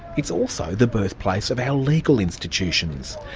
it's also the birthplace of our legal institutions.